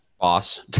Boss